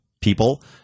people